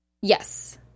yes